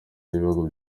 n’ibihugu